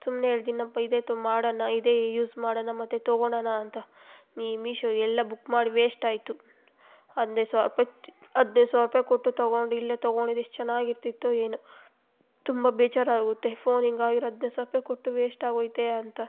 ಸುಮ್ಮನೆ ಎರಡು ದಿನ ಬೈದಾತು ಮಾಡೊಣ ಇದೇ ಯೂಸ್ ಮಾಡೊಣ ಮತ್ತು ತಗೊಳನ ಅಂತ ನೀ ಮೀಶೋ ಎಲ್ಲ ಬುಕ್ ಮಾಡಿ ವೇಶ್ಟ್ ಆಯಿತು ಹದಿನೈದು ಸಾವ್ರ ರೂಪಾಯ್ ಹದಿನೈದು ಸಾವ್ರ ರೂಪಾಯ್ ಕೊಟ್ಟು ತಗೊಂಡು ಇಲ್ಲೆ ತಗೊಂಡಿದ್ರೆ ಎಷ್ಟು ಚೆನ್ನಾಗಿರ್ತಿತ್ತೋ ಏನೋ ತುಂಬ ಬೇಜಾರಾಗುತ್ತೆ ಫೋನ್ ಹಿಂಗಾಗಿರೋದ್ ಹದಿನೈದು ಸಾವ್ರ ರೂಪಾಯ್ ಕೊಟ್ಟು ವೇಶ್ಟ್ ಆಗೋಯ್ತೇ ಅಂತ